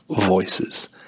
voices